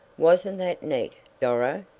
wasn't that neat, doro?